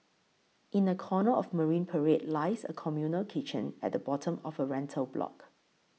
in a corner of Marine Parade lies a communal kitchen at the bottom of a rental block